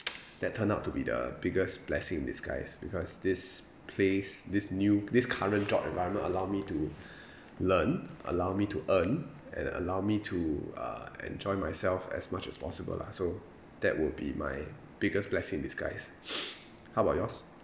that turned out to be the biggest blessing in disguise because this place this new this current job environment allow me to learn allow me to earn and allow me to uh enjoy myself as much as possible lah so that will be my biggest blessing in disguise how about yours